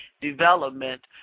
development